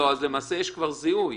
הייתי מבקש שהנושא הזה יחודד בהגדרה.